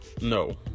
no